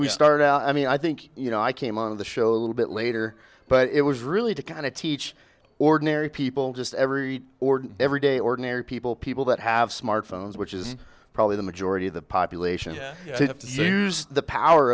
we started out i mean i think you know i came on the show a little bit later but it was really to kind of teach ordinary people just every order everyday ordinary people people that have smartphones which is probably the majority of the population have to use the power